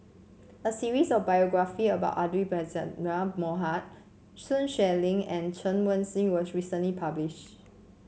a series of biographies about Abdul Aziz Pakkeer Mohamed Sun Xueling and Chen Wen Hsi was recently published